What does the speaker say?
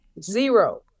Zero